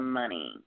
money